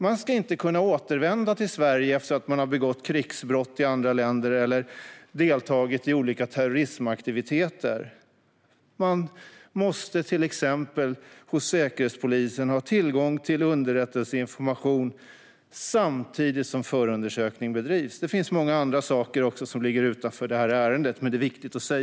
Man ska inte kunna återvända till Sverige efter att man har begått krigsbrott i andra länder eller deltagit i olika terroristaktiviteter. Säkerhetspolisen måste till exempel ha tillgång till underrättelseinformation samtidigt som förundersökningen bedrivs. Det finns även många andra saker, som ligger utanför detta ärende, men det här är viktigt att säga.